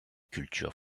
cultures